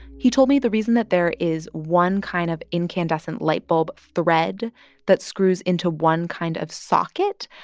he told me the reason that there is one kind of incandescent light bulb thread that screws into one kind of socket,